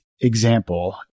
example